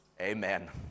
Amen